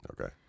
Okay